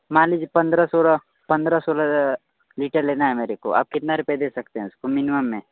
मान लिजिए पंद्रह सोलह पंद्रह सोलह लीटर लेना है मेरेको आप कितना रुपये दे सकते हैं उसको मिनीमुम में